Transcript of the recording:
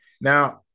Now